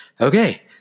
okay